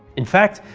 in fact,